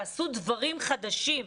תעשו דברים חדשים.